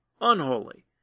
unholy